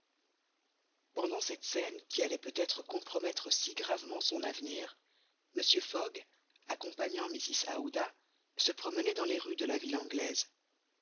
pendant cette scène qui allait peut-être compromettre si gravement son avenir mr fogg accompagnant mrs aouda se promenait dans les rues de la ville anglaise